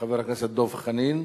חבר הכנסת דב חנין,